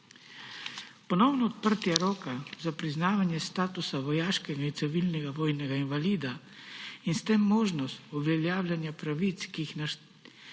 Ponovno odprtje roka za priznavanje statusa vojaškega in civilnega vojnega invalida in s tem možnost uveljavljanja pravic, ki jih našteva